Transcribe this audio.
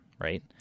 Right